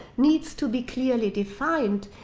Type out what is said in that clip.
needs to be clearly defined,